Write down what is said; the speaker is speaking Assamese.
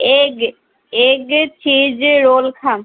এগ এগ ছিজ ৰোল খাম